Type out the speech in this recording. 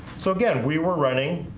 so again we were running.